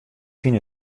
fyn